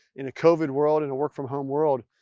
in a covid world, in a work from home world.